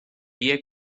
pie